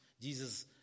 Jesus